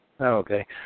Okay